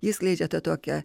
ji skleidžia tą tokią